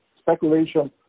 speculation